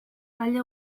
alde